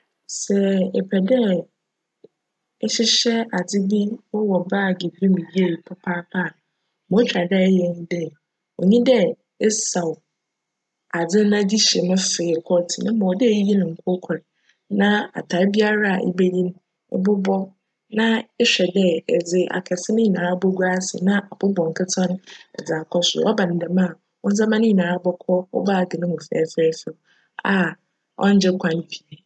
Sj epj dj ehyehyj adze bi wc "bag" bi mu yie papaapa a, ma otwar dj eyj nye dj, onnyi dj esaw adze no na edze hyj mu kortsee mbom cwc dj iyiyi no nkorkor na atar biara ibeyi no ebobcw na ehwj dj edze akjse no nyinara bogu ase na abobcw ketsewa no dze akc sor, cba no djm a wo ndzjmba no nyinara bckc wo "bag" no mu fjfjjfjw a cngye kwan pii.